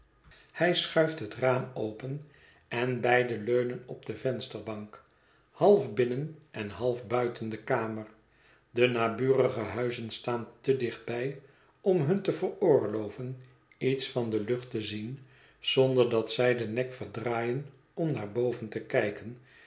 hij schuift het raam open en beiden leunen op de vensterbank half binnen en half buiten de kamer de naburige huizen staan te dichtbij om hun te veroorloven iets van de lucht te zien zonder dat zij den nek verdraaien om naar boven te kijken